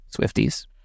Swifties